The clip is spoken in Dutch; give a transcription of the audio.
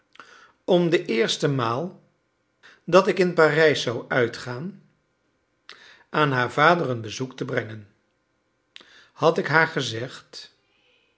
om de eerste maal dat ik in parijs zou uitgaan aan haar vader een bezoek te brengen had ik haar gezegd